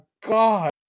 god